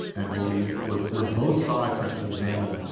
and where we were where both sides have to examine.